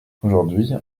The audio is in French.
aujourd’hui